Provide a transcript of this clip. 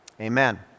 amen